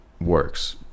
works